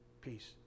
peace